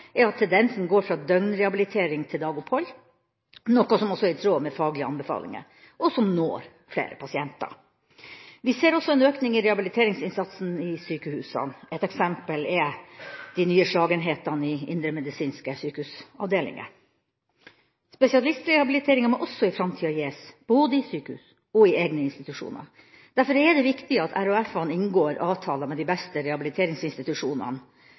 er at tendensen går fra døgnrehabilitering til dagopphold, noe som også er i tråd med faglige anbefalinger, og som når flere pasienter. Vi ser også en økning i rehabiliteringsinnsatsen i sykehusene. Et eksempel er de nye slagenhetene i indremedisinske sykehusavdelinger. Spesialistrehabilitering må også i framtida gis både i sykehus og i egne institusjoner. Derfor er det viktig at RHF-ene inngår avtaler med de beste rehabiliteringsinstitusjonene,